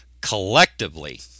collectively